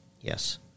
Yes